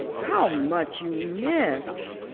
how much you miss!